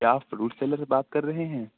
کیا آپ fruit seller بات کر رہے ہیں